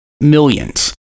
millions